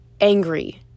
angry